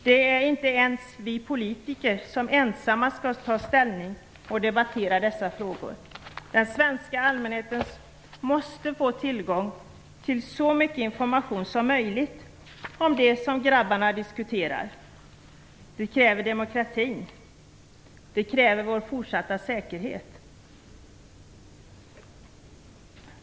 Det är inte ens vi politiker som ensamma skall ta ställning och debattera dessa frågor. Den svenska allmänheten måste få tillgång till så mycket information som möjligt om det som grabbarna diskuterar. Det kräver demokratin. Det krävs för vår fortsatta säkerhet.